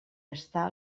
està